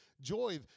joy